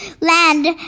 land